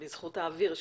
בזכות האוויר שלה.